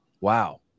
Wow